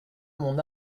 mon